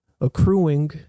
accruing